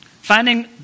Finding